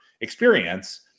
experience